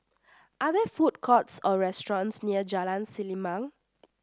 are there food courts or restaurants near Jalan Selimang